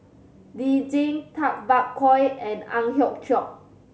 Lee Tjin Tay Bak Koi and Ang Hiong Chiok